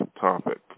topic